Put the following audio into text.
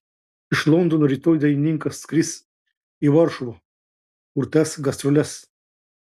iš londono rytoj dainininkas skris į varšuvą kur tęs gastroles